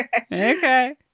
Okay